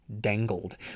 dangled